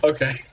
Okay